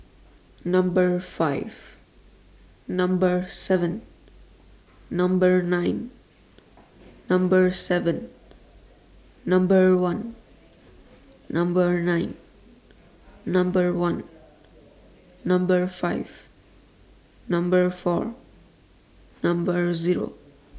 Number five Number seven Number nine Number seven Number one Number nine Number one Number five Number four Number Zero